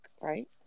right